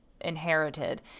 inherited